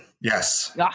Yes